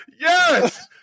Yes